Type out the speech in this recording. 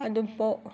അതിപ്പോൾ